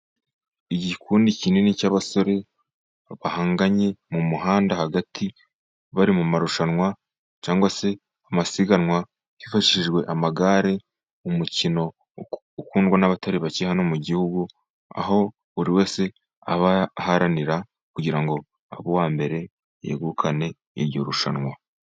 Igikundi kinini cy'abasore bahanganye mu muhanda hagati bari mu marushanwa cyangwa se amasiganwa hifashishijwe amagare umukino ukundwa n'abatari bake hano mu gihugu aho buri wese aba aharanira kugira ngo abe uwambere yegukane iryo rushanwa.